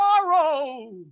tomorrow